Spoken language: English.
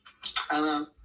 Hello